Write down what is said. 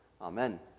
Amen